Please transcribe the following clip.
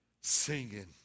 Singing